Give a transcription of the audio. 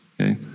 Okay